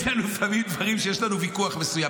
יש לנו לפעמים דברים שיש לנו בהם ויכוח מסוים,